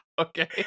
Okay